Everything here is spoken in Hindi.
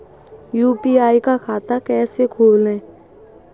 यू.पी.आई का खाता कैसे खोलें?